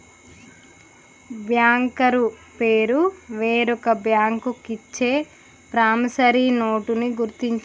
banker పేరు వేరొక bank ఇచ్చే ప్రామిసరీ నోటుని గుర్తించాలి